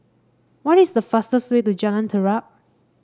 what is the fastest way to Jalan Terap